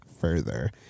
further